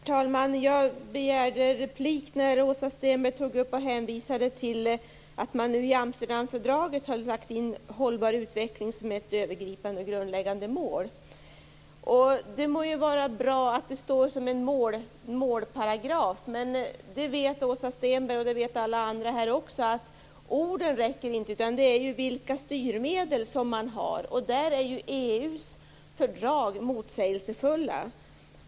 Herr talman! Jag begärde replik när Åsa Stenberg tog upp och hänvisade till att man nu i Amsterdamfördraget hade lagt in hållbar utveckling som ett övergripande och grundläggande mål. Det må vara bra att det står som en målparagraf. Men Åsa Stenberg, och alla andra här också, vet att orden inte räcker. Det är fråga om vilka styrmedel man har. Där är EU:s fördrag motsägelsefulla.